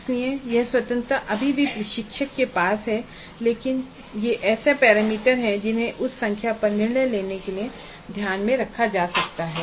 इसलिए यह स्वतंत्रता अभी भी प्रशिक्षक के पास है लेकिन ये ऐसे पैरामीटर हैं जिन्हें उस संख्या पर निर्णय लेने में ध्यान में रखा जा सकता है